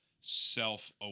self